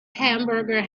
hamburger